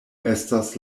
estas